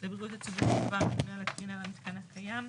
לבריאות הציבור שקבע הממונה על הקרינה למיתקן הקיים.